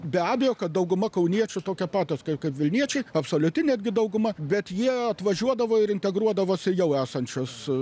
be abejo kad dauguma kauniečių tokie patys kaip kad vilniečiai absoliuti netgi dauguma bet jie atvažiuodavo ir integruodavosi jau esančius